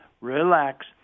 relax